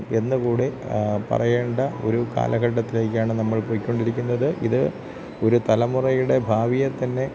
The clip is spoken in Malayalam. എന്നുകൂടെ പറയേണ്ട ഒരു കാലഘട്ടത്തിലേക്കാണ് നമ്മൾ പോയിക്കൊണ്ടിരിക്കുന്നത് ഇത് ഒരു തലമുറയുടെ ഭാവിയെ തന്നെ